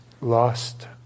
lost